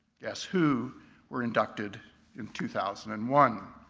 guess who were inducted in two thousand and one.